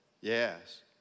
Yes